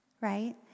right